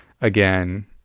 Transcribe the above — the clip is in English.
again